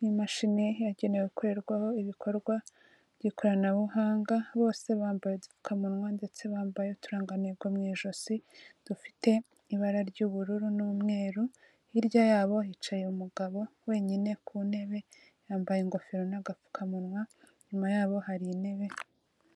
n'imashini yagenewe gukorerwaho ibikorwa by'ikoranabuhanga, bose bambaye udupfukamunwa, ndetse bambaye uturangantego mu ijosi, dufite ibara ry'ubururu n'umweru; hirya yabo hicaye umugabo wenyine ku ntebe, yambaye ingofero n'agapfukamunwa, inyuma yabo hari intebe.